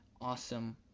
awesome